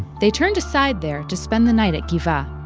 they turned aside there, to spend the night at gibeah.